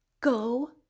go